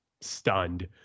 stunned